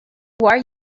are